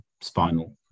spinal